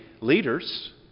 leaders